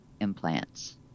implants